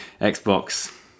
Xbox